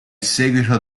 seguito